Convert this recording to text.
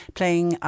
playing